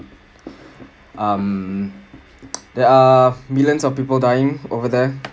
um there are millions of people dying over there